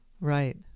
Right